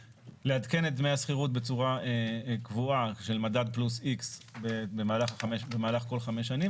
לעדכן את דמי השכירות בצורה קבועה של מדד פלוס X כל חמש שנים,